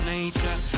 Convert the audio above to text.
Nature